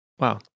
Wow